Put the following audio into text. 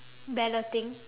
balloting